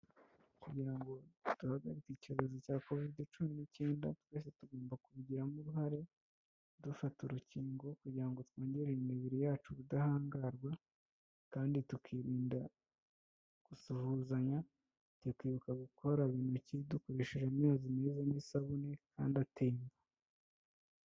Kugira ngo duhagarike icyorezo cya Covid cumi n'icyenda, twese tugomba kubigiramo uruhare, dufata urukingo kugira ngo twongerere imibiri yacu ubudahangarwa kandi tukirinda gusuhuzanya, tukibuka gukaraba intoki dukoresheje amazi meza n'isabune kandi atemba.